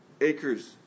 acres